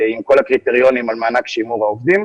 עם כל הקריטריונים על מענק שימור העובדים.